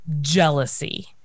jealousy